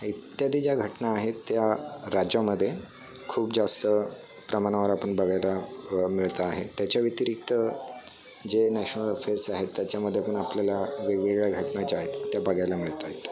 हे इत्यादी ज्या घटना आहेत त्या राज्यामधे खूप जास्त प्रमाणावर आपण बघायला मिळता आहे त्याच्या व्यतिरिक्त जे नॅशनल अफेर्स आहेत त्याच्यामधे पण आपल्याला वेगवेगळ्या घटना ज्या आहेत त्या बघायला मिळत आहेत